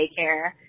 daycare